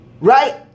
right